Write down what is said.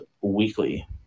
Weekly